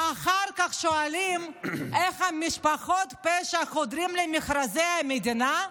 ואחר כך שואלים איך משפחות פשע חודרות למכרזי המדינה.